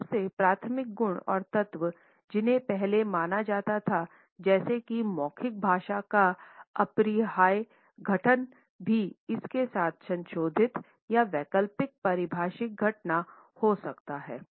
मूल रूप से प्राथमिक गुण और तत्व जिन्हें पहले माना जाता था जैसा कि मौखिक भाषा का अपरिहार्य गठन भी इसके साथ संशोधित या वैकल्पिक पारिभाषिक घटना हो सकता है